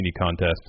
contest